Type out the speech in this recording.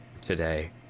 today